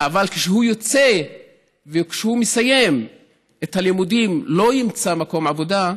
אבל כשהוא יוצא וכשהוא מסיים את הלימודים לא ימצא מקום עבודה,